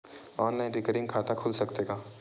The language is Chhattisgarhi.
ऑनलाइन रिकरिंग खाता खुल सकथे का?